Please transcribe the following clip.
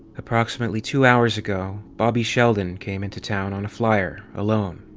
approximately two hours ago bobby sheldon came into town on a flier, alone.